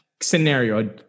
scenario